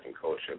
culture